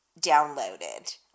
downloaded